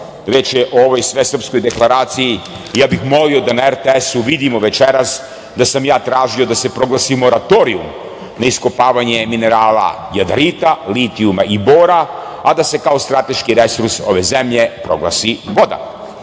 je o ovoj svesrpskoj deklaraciji, ja bih molio da na RTS-u vidimo večeras da sam ja tražio da se proglasi moratorijum na iskopavanje minerala jadarita, litijuma i bora, a da se kao strateški resurs ove zemlje proglasi